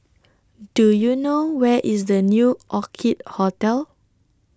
Do YOU know Where IS The New Orchid Hotel